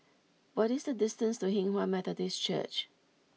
what is the distance to Hinghwa Methodist Church